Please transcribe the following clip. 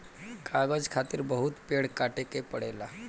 कागज खातिर बहुत पेड़ काटे के पड़ेला